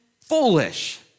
foolish